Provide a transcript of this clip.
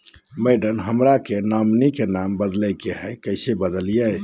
madam, हमरा के nominee में नाम बदले के हैं, कैसे बदलिए